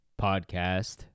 podcast